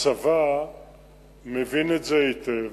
הצבא מבין את זה היטב,